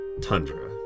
tundra